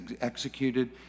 executed